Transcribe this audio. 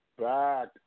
back